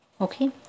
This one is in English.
Okay